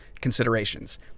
considerations